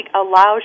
allows